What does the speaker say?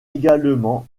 également